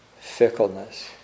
fickleness